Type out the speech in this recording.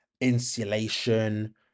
insulation